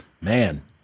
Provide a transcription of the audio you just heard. man